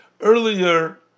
earlier